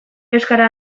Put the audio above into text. euskara